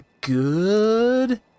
good